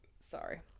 Sorry